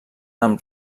amb